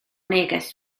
neges